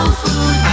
food